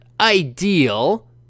ideal